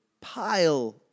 pile